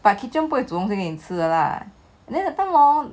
but kitchen 不会煮东西给你吃的 lah then that time hor